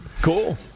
cool